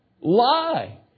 lie